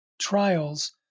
trials